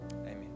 amen